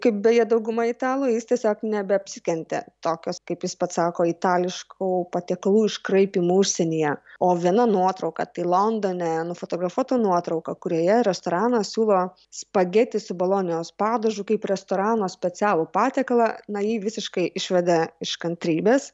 kaip beje dauguma italų jis tiesiog nebeapsikentė tokios kaip jis pats sako itališkų patiekalų iškraipymų užsienyje o viena nuotrauka tai londone nufotografuota nuotrauka kurioje restoranas siūlo spageti su bolonijos padažu kaip restorano specialų patiekalą na jį visiškai išveda iš kantrybės